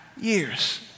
years